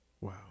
Wow